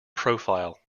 profile